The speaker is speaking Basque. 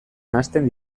nahasten